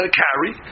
carry